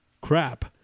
Crap